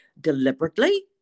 deliberately